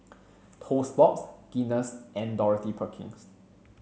Toast Box Guinness and Dorothy Perkins